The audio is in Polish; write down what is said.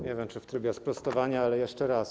Nie wiem, czy w trybie sprostowania, ale jeszcze raz.